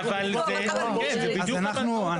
זה בדיוק הבנקאות הפתוחה.